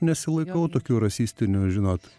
nesilaikau tokių rasistinių žinot